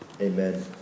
Amen